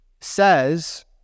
says